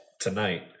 tonight